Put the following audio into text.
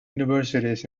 universities